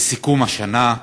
לסיכום השנה.